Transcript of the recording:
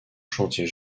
chantier